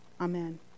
Amen